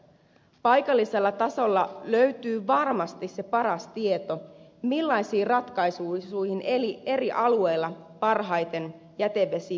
paikallisella tasolla löytyy varmasti se paras tieto millaiset ratkaisut eri alueilla jätevesikäsittelyyn parhaiten sopivat